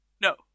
no